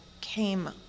came